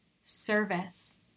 service